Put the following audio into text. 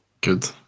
Good